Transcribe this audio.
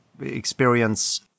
experience